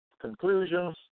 conclusions